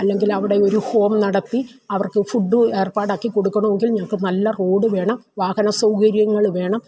അല്ലെങ്കിൽ അവിടെ ഒരു ഹോം നടത്തി അവർക്ക് ഫുഡ് ഏർപ്പാടാക്കി കൊടുക്കണമെങ്കിൽ ഞങ്ങൾക്ക് നല്ല റോഡ് വേണം വാഹന സൗകര്യങ്ങള് വേണം